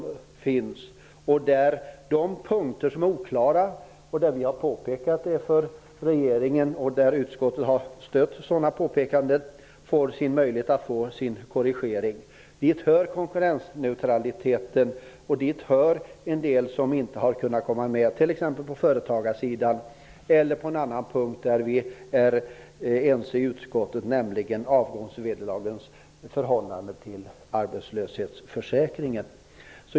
Där finns möjlighet att korrigera de punkter som är oklara och som vi, stödda av utskottet, har påpekat för regeringen. Dit hör konkurrensneutraliteten och dit hör en del som inte har kommit med t.ex. på företagarsidan eller på en annan punkt där vi är ense i utskottet, nämligen avgångsvederlagens förhållanden till arbetslöshetsförsäkringen.